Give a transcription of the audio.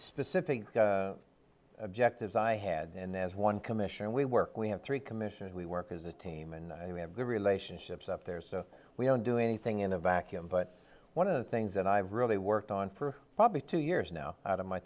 specific objectives i had and as one commission we work we have three commission and we work as a team and we have good relationships up there so we don't do anything in a vacuum but one of the things that i've really worked on for probably two years now out of my